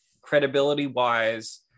credibility-wise